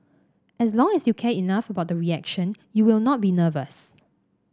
as long as you care enough about the reaction you will not be nervous